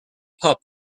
pup